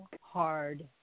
hard